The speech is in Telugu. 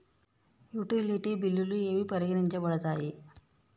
యుటిలిటీ బిల్లులు ఏవి పరిగణించబడతాయి?